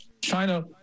China